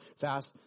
fast